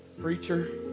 preacher